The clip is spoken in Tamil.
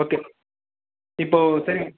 ஓகே இப்போ சரிங்க